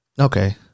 okay